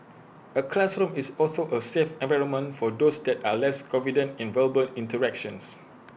A classroom is also A safe environment for those that are less confident in verbal interactions